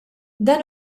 dan